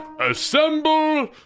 Assemble